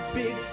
big